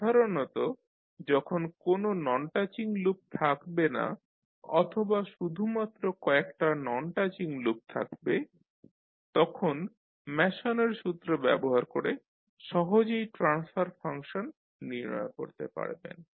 সাধারণতঃ যখন কোন নন টাচিং লুপ থাকবে না অথবা শুধুমাত্র কয়েকটা নন টাচিং লুপ থাকবে তখন ম্যাসনের সূত্র ব্যবহার করে সহজেই ট্রান্সফার ফাংশন নির্ণয় করতে পারবেন